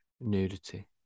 nudity